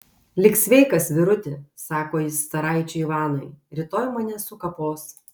lik sveikas vyruti sako jis caraičiui ivanui rytoj mane sukapos